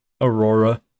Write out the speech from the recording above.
Aurora